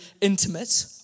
intimate